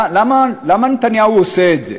למה נתניהו עושה את זה?